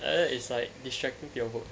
like that it's like distracting to your work